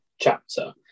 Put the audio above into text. chapter